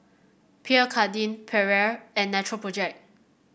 Pierre Cardin Perrier and Natural Project